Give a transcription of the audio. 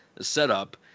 setup